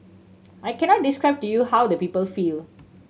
I cannot describe to you how the people feel